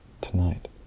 tonight